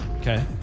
Okay